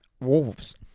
Wolves